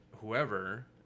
whoever